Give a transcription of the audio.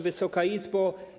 Wysoka Izbo!